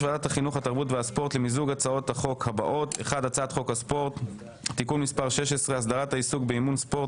הצעת חוק הספורט (תיקון - הסדרת העיסוק באימון ספורט),